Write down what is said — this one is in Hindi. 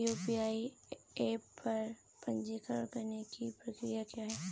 यू.पी.आई ऐप पर पंजीकरण करने की प्रक्रिया क्या है?